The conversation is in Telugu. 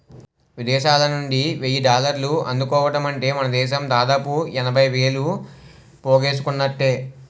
విదేశాలనుండి వెయ్యి డాలర్లు అందుకోవడమంటే మనదేశంలో దాదాపు ఎనభై వేలు పోగేసుకున్నట్టే